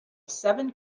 seven